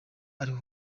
ariho